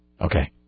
Okay